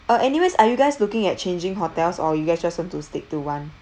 uh anyways are you guys looking at changing hotels or you guys just want to stick to one